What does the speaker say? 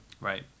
Right